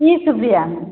तीस रुपया